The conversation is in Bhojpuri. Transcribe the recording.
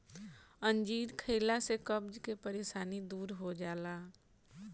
अंजीर खइला से कब्ज के परेशानी दूर हो जाला